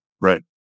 Right